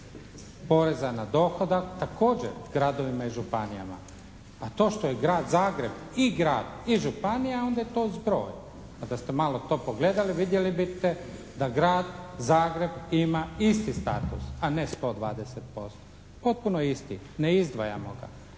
poreza na dohodak također gradovima i županijama a to što je grad Zagreb i grad i županija onda je to zbroj. A da ste malo to pogledati vidjeli biste da Grad Zagreb ima isti status a ne 120%, potpuno isti. Ne izdvajamo ga.